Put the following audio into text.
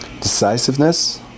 Decisiveness